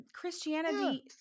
Christianity